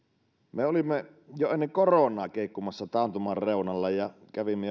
me olimme jo ennen koronaa keikkumassa taantuman reunalla ja kävimme